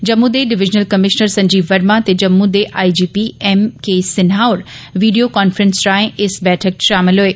जम्मू दे divisional commissioner Sanjeev Verma ते जम्मू दे I G P M K Sinha होर वीडियो कांफ्रेंस राएं इस बैठका च शामल होए